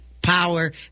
power